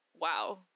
wow